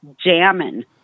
jamming